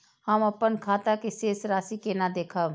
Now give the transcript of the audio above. हम अपन खाता के शेष राशि केना देखब?